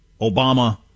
obama